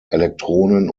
elektronen